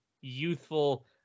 youthful